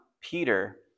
Peter